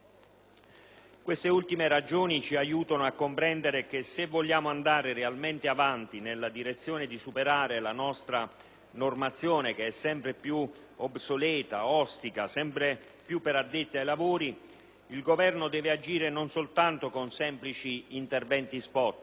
Queste ultime ragioni ci aiutano a comprendere che, se vogliamo andare realmente avanti nella direzione di superare la nostra normazione, che è sempre più obsoleta, ostica, sempre più per addetti ai lavori, il Governo deve agire non soltanto con semplici interventi *spot*,